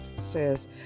says